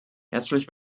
herzlich